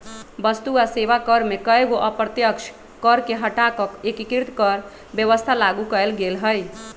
वस्तु आ सेवा कर में कयगो अप्रत्यक्ष कर के हटा कऽ एकीकृत कर व्यवस्था लागू कयल गेल हई